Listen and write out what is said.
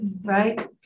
Right